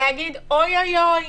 ואוי אוי אוי